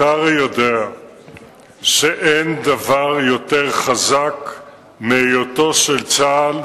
אתה הרי יודע שאין דבר יותר חזק מהיותו של צה"ל,